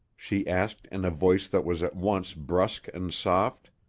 she asked in a voice that was at once brusque and soft.